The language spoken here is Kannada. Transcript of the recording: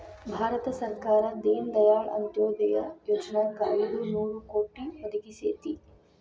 ಭಾರತ ಸರ್ಕಾರ ದೇನ ದಯಾಳ್ ಅಂತ್ಯೊದಯ ಯೊಜನಾಕ್ ಐದು ನೋರು ಕೋಟಿ ಒದಗಿಸೇತಿ